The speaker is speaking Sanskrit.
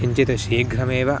किञ्चित् शीघ्रमेव